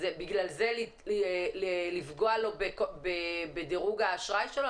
אז בגלל זה לפגוע לו בדירוג האשראי שלו?